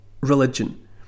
religion